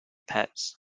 pets